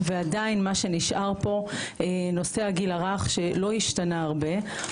ועדיין מה שנשאר פה נושא הגיל הרך שלא השתנה הרבה,